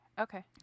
Okay